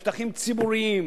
על שטחים ציבוריים,